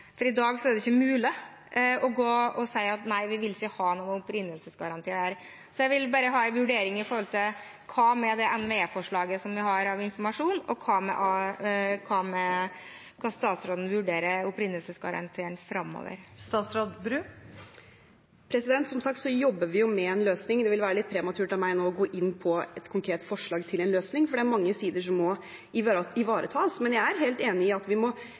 For i dag er det ikke mulig å si at vi ikke vil ha noen opprinnelsesgarantier. Jeg vil bare ha en vurdering av forslaget som vi har om NVE og informasjon, og hvordan statsråden vurderer opprinnelsesgarantier framover. Som sagt jobber vi med en løsning. Det vil være litt prematurt av meg nå å gå inn på et konkret forslag til løsning, for det er mange sider som må ivaretas. Men jeg er helt enig i at vi må